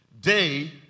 day